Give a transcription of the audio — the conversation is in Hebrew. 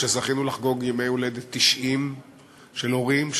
שזכינו לחגוג ימי הולדת 90 של הורים,